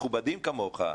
מכובדים כמוך,